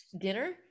dinner